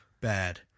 Bad